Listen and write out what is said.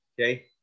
Okay